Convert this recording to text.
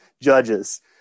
judges